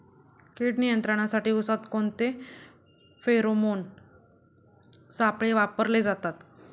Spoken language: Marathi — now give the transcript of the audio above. कीड नियंत्रणासाठी उसात कोणते फेरोमोन सापळे वापरले जातात?